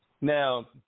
Now